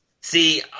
See